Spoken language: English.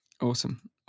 Awesome